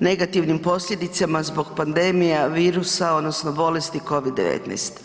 negativnim posljedicama zbog pandemija virusa odnosno bolesti Covid-19.